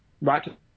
right